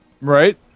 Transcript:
Right